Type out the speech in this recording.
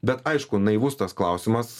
bet aišku naivus tas klausimas